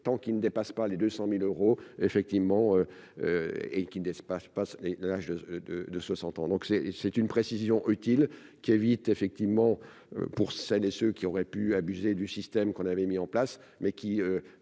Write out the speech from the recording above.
tant qu'il ne dépasse pas les 200000 euros effectivement et qui ne l'espace passe et l'âge de, de, de 60 ans, donc c'est c'est une précision utile qui évite effectivement pour celles et ceux qui auraient pu abuser du système qu'on avait mis en place, mais qui